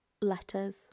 letters